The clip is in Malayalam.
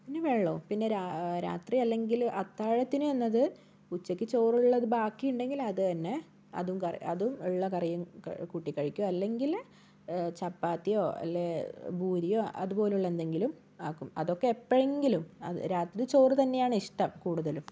പിന്നെ വെള്ളവും പിന്നെ രാത്രിയല്ലെങ്കില് അത്താഴത്തിന് എന്നത് ഉച്ചക്ക് ചോറുള്ളത് ബാക്കിണ്ടങ്കിലത് തന്നെ അതും കറി അതും ഉള്ള കറിയും കൂട്ടി കഴിക്കും അല്ലെങ്കില് ചപ്പാത്തിയോ അല്ലേ ബൂരിയോ അതുപോലുള്ള എന്തെങ്കിലും ആക്കും അതൊക്കെ എപ്പോഴെങ്കിലും രാത്രി ചോറ് തന്നെയാണിഷ്ടം കൂടുതലും